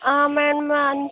ಹಾಂ ಮ್ಯಾಮ್ ನಾ ಅನ್